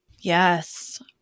Yes